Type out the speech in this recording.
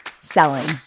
selling